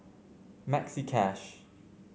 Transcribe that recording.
Maxi Cash